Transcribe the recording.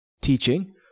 teaching